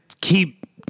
keep